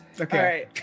Okay